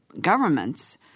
governments